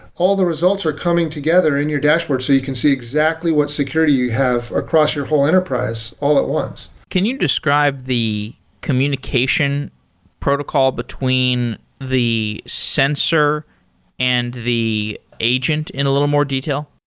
all the results are coming together in your dashboard so you can see exactly what security you have across your whole enterprise all at once. can you describe the communication protocol between the sensor and the agent in a little more detail?